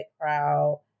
crowd